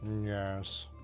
Yes